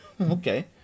Okay